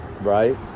right